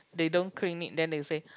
they don't clean it then they say